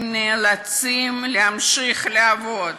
הם נאלצים להמשיך לעבוד.